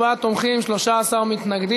וסטודנטים נזקקים, התשע"ז 2016, נתקבל.